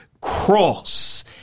cross